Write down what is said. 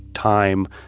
time,